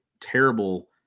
terrible